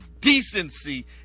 decency